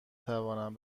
توانم